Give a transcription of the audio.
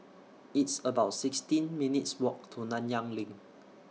It's about sixteen minutes' Walk to Nanyang LINK